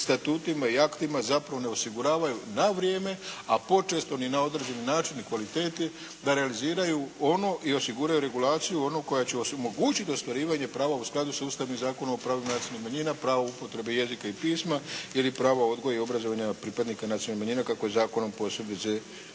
statutima i aktima zapravo ne osiguravaju na vrijeme, a počesto ni na određeni način i kvaliteti da realiziraju ono i osiguraju regulaciju onu kojom će se omogućiti ostvarivanje prava u skladu sa Ustavnim zakonom o pravima nacionalnih manjina, pravo upotrebe jezika i pisma ili pravo odgoja i obrazovanja pripadnika nacionalnih manjina kako je zakonom posebice